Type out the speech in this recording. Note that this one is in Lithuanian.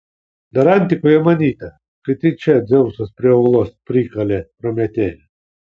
dar antikoje manyta kad tai čia dzeusas prie uolos prikalė prometėją